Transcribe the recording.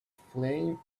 flame